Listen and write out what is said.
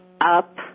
up